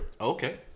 Okay